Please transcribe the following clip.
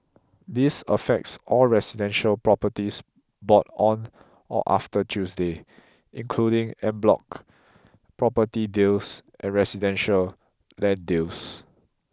this affects all residential properties bought on or after Tuesday including en bloc property deals and residential land deals